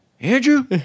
Andrew